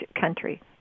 country